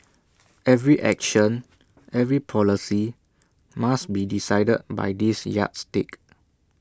every action every policy must be decided by this yardstick